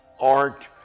art